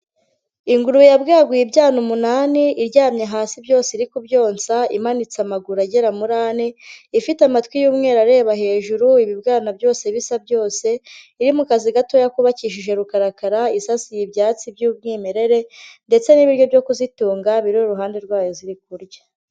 Ingurube yabwaguye ibyana umunani; iryamye hasi byose iri kubyonsa imanitse amaguru agera muri ane, ifite amatwi yu'umweru areba hejuru ibibwana byose bisa byose iri mu kazi gatoya kubakijije rukarakara isasiye ibyatsi by'umwimerere ndetse n'ibiryo byo kuzitunga biri iruhande rwayo ziri kurya.